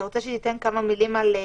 אתה רוצה שהיא תגיד כמה מילים בנושא?